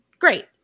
great